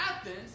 Athens